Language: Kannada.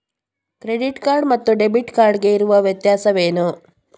ಕ್ರೆಡಿಟ್ ಕಾರ್ಡ್ ಮತ್ತು ಡೆಬಿಟ್ ಕಾರ್ಡ್ ಗೆ ಇರುವ ವ್ಯತ್ಯಾಸವೇನು?